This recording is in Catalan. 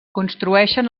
construeixen